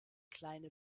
kleine